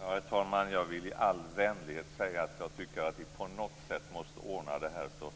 Herr talman! Jag vill i all vänlighet säga att jag tycker att vi på något sätt måste ordna att